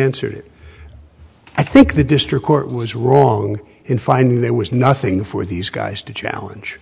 answered it i think the district court was wrong in finding there was nothing for these guys to challenge